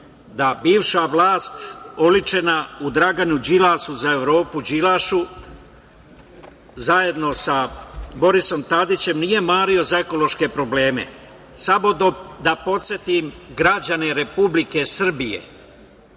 da bivša vlast oličena u Draganu Đilasu za Evropu Đilašu, zajedno sa Borisom Tadićem, nije mario za ekološke probleme. Samo da podsetim građane Republike Srbije,